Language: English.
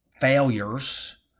failures